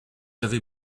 avez